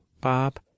Bob